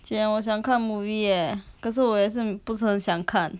姐我想看 movie eh 可是我也是不是想看